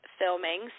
filming